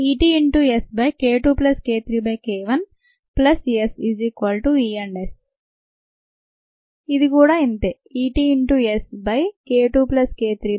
EtSk2k3k1SES ఇది కూడా అంతే